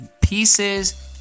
pieces